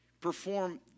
perform